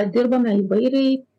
dirbame įvairiai